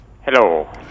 Hello